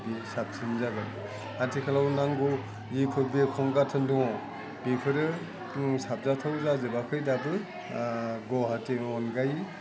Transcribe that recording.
बियो साबसिन जागोन आथिखालाव नांगौ जिफोर बिरखं गाथोन दङ बेफोरो मुं साबजाथाव जाजोबाखै दाबो गुवाहाटीनि अनगायै